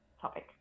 topic